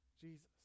Jesus